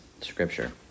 scripture